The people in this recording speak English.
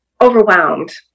overwhelmed